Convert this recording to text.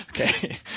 Okay